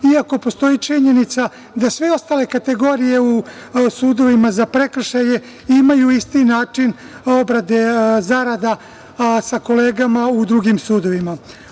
iako postoji činjenica da sve ostale kategorije u sudovima za prekršaje imaju isti način obrade zarada sa kolegama u drugim sudovima. Ono